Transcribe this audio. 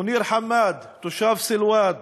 מוניר חמאד, תושב סילואד,